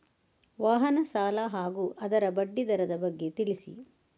ವಾಹನ ಸಾಲ ಹಾಗೂ ಅದರ ಬಡ್ಡಿ ದರದ ಬಗ್ಗೆ ತಿಳಿಸಿ?